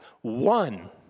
one